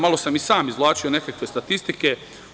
Malo sam i sam izvlačio nekakve statistike.